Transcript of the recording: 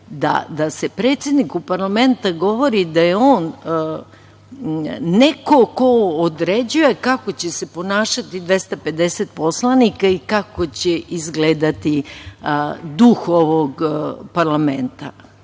da se predsedniku parlamenta govori da je on neko ko određuje kako će se ponašati 250 poslanika i kako će izgledati duh ovog parlamenta.